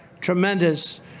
tremendous